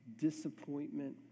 disappointment